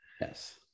Yes